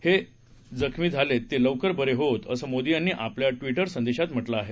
जे जखमी झालेत ते लवकर बरे होवोत असं मोदी यांनी आपल्या ट्विटर संदेशात म्हटलं आहे